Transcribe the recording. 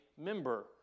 member